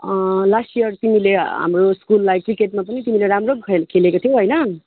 last year तिमीले हाम्रो स्कुललाई क्रिकेटमा पनि तिमीले राम्रो खेल खेलेको थियौ होइन